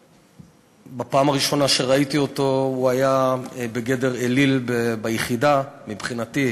בפעם הראשונה שראיתי אותו הוא היה בגדר אליל ביחידה מבחינתי,